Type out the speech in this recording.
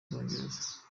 bwongereza